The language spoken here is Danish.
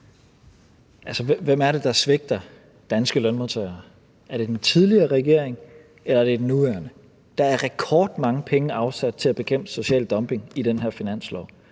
Hvem er det, der svigter danske lønmodtagere? Er det den tidligere regering, eller er det den nuværende? Der er rekordmange penge afsat til at bekæmpe social dumping i den her finanslov.